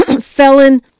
felon